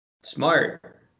Smart